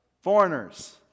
foreigners